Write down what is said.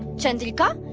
chandrika,